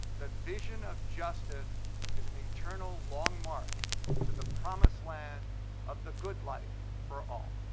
the vision of justice is an eternal long march to the promised land of the good life for all.